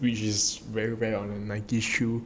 which is very rare on the Nike shoes